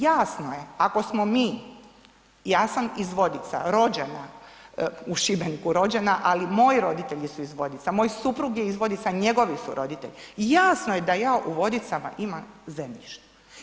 Jasno je ako smo mi, ja sam iz Vodica, rođena, u Šibeniku rođena, ali moji roditelji su iz Vodica, moj suprug je iz Vodica, njegovi su roditelji i jasno je da ja u Vodicama imam zemljište.